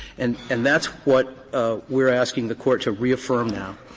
and and that's what we're asking the court to reaffirm now.